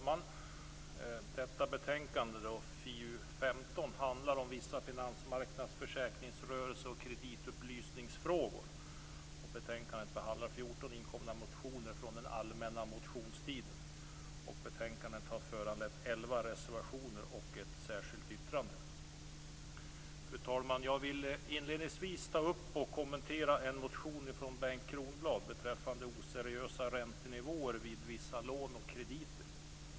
Fru talman! Betänkande FiU15 berör vissa finansmarknads-, försäkringsrörelse och kreditupplysningsfrågor. I betänkandet behandlas 14 motioner från den allmänna motionstiden. Betänkandet har föranlett Fru talman! Jag vill inledningsvis kommentera en motion av Bengt Kronblad beträffande oseriösa räntenivåer vid vissa lån och krediter.